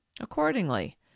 Accordingly